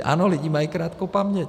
Ano, lidi mají krátkou paměť.